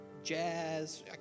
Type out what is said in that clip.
jazz